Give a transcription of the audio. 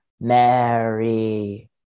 Mary